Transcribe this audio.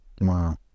Wow